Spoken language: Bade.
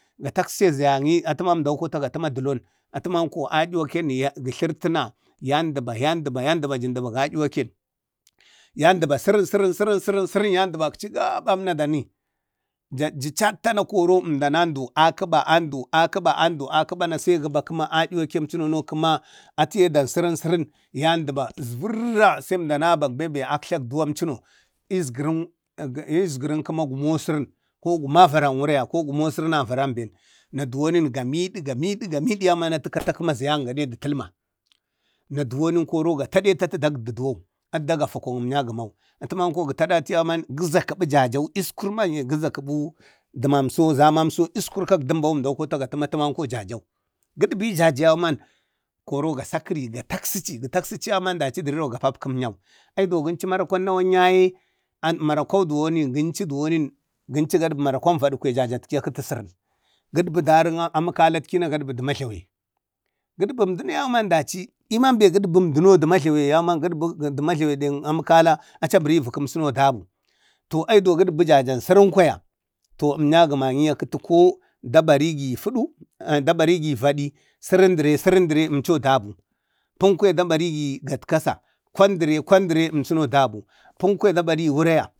Ga takse zayanni atu manko emdəkotatu ma dulon atumanko a'yuwaken, ken ya gə tlarpatəna yaəndaɓa yan dəba, əndaba dubaga a'yuwaken, yanɗaɓa sərən, sərən, sarən yan dəɓakchi gabamna dani, nəji chatta na əndan dani, a kəba andu, a ƙaba andu. akebana sai gəba kəma ayuwakem suno kəma, atiye ɗan sərən səran yan ɗaɓa əsvərra. San emdana bekben əmda abak bembe atklak duwam cuno isgarən kəma gumo səran, ko guma a avaran wuraya ko gume səran avaramben, na duwoni da mu'di gamiɗina atakəti kəma zayam gaɗe də talma. Na duwonni gataɗetu dagdi duwau, atə da gafi əmnya gəmau. atəman ko gə tachi yauman gəza gə kəba jajau, uskur manye gu zakubu gumam so zamzam kak dumbawu əmdau kotagatu ma jajau. Gaɗbu jajau yauman koro ga sakari ga taksikchi yauman daci dak koro gə taksək əmnyau. Ai duwo gincu marakwau nawan yaye marakwon duwon ginci marakwan vadi jajatki a kəta sərən. Gadba dərən aməkalatki na gaɗbu də majlawe. Gaɗbu əmduno yauman dachi, emambe, gaɗbu da majlawe to umyanmami yauman dachi ɗe əməkala acha gədbimarakwan vəkən agi duwo gaɗbu jajan sərəna atabərigi vakən vədi, sarən dəre əmcho a dabu pən kwaya dabarigi gatkasa, kwan dare kwan dəre əmchun adabu. Pəm kwaya dabarigi gatkasa, kwan dəre kwan dəre əmchuno adabu. Pəm kwaya dabarigi wuraya.